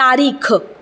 तारीख